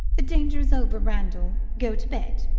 the danger is over, randall. go to bed.